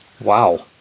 wow